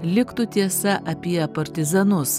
liktų tiesa apie partizanus